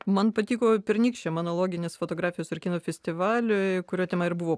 man patiko pernykščiam analoginės fotografijos ir kino festivaliui kurio tema ir buvo